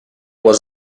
was